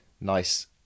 nice